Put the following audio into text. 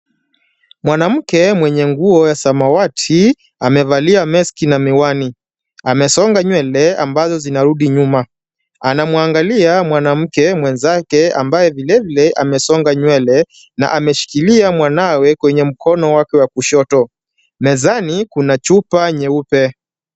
Mwanamke mwenye nguo ya samawati amevalia mask na miwani ,amesonga nywele ambazo zinarudi nyuma ,anamwangalia mwanamke mwenzake ambaye vilevile amesonga nywele na ameshikilia mwanawe kwenye mkono wake wa kushoto. Mezani Kuna chupa nyeupe.